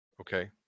Okay